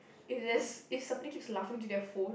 if there's if somebody keeps laughing to their phone